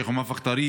השייח' מוואפק טריף,